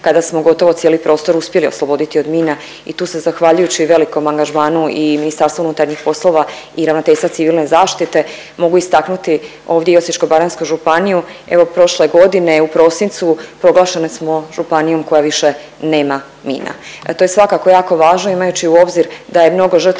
kada smo gotovo cijeli prostor uspjeli osloboditi od mina i tu se zahvaljujući velikom angažmanu i MUP-u i Ravnateljstva civilne zaštite mogu istaknuti ovdje i Osječko-baranjsku županiju. Evo prošle godine u prosincu proglašeni smo županijom koja više nema mina. To je svakako jako važno imajući u obzir da je mnogo žrtava